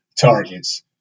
targets